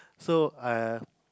so err